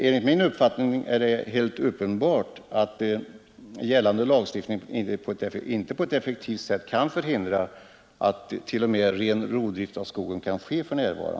Enligt min uppfattning är det helt uppenbart att gällande lagstiftning inte på ett effektivt sätt kan förhindra att för närvarande t.o.m. ren rovdrift i skogen kan ske.